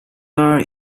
are